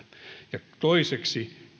ja toiseksi